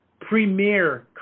premier